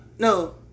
No